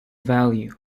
value